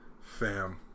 Fam